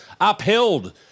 upheld